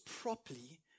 properly